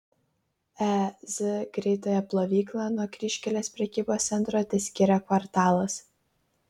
e z greitąją plovyklą nuo kryžkelės prekybos centro teskyrė kvartalas